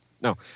No